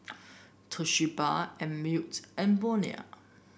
Toshiba Einmilk and Bonia